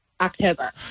October